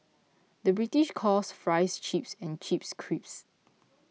the British calls Fries Chips and Chips Crisps